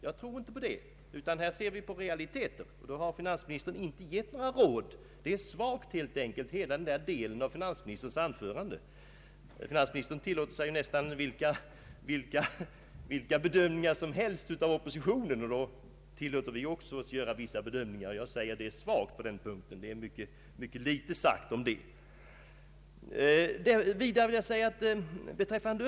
Jag tror inte på det, utan här ser vi på realiteter, och finansministern har inte givit några råd. Hela den delen av finansministerns anförande är helt enkelt svagt. Finansministern tillåter sig ju nästan vilka bedömningar som helst om oppositionen, och då tillåter vi oss också att göra vissa bedömningar. När jag säger att hans anförande är svagt på den punkten, tycker jag att det inte är för mycket sagt.